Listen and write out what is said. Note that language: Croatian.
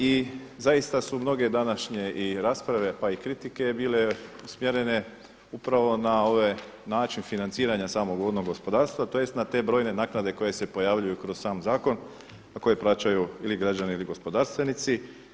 I zaista su mnoge današnje i rasprave pa i kritike bile usmjerene upravo na ovaj način financiranja samog vodnog gospodarstva, tj. na te brojne naknade koje se pojavljuju kroz sam zakon, a koje plaćaju ili građani ili gospodarstvenici.